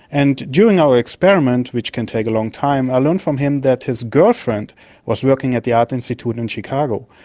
and during our experiment, which can take a long time, i learned from him that his girlfriend was working at the art institute in chicago.